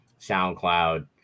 SoundCloud